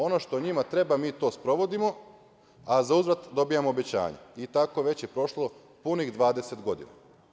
Ono što njima treba mi to sprovodimo, a za uzvrat dobijamo obećanja i tako je već prošlo punih 20 godina.